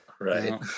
Right